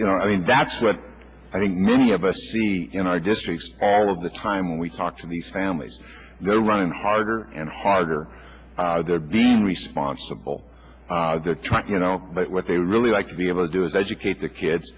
you know i mean that's what i think many of us see in our districts all of the time we talk to these families that are running harder and harder they're being responsible their track you know what they really like to be able to do is educate their kids